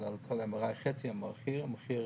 כמובן שכשאנחנו מקצים את הרשיונות למכשירים